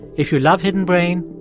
if you love hidden brain,